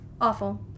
Awful